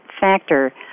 factor